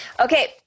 Okay